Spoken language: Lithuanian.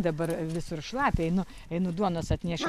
dabar visur šlapia einu einu duonos atnešiu